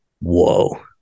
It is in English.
whoa